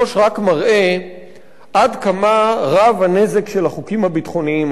רק מראה עד כמה רב הנזק של החוקים הביטחוניים האלה.